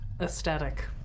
Aesthetic